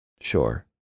sure